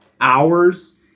hours